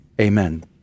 Amen